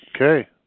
Okay